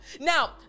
Now